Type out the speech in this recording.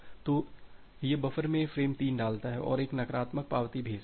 तो यह बफर में फ्रेम 3 डालता है और एक नकारात्मक पावती भेजता है